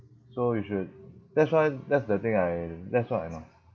so you should that's why that's the thing I that's all I know